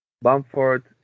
Bamford